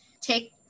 take